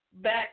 back